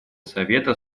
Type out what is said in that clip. совета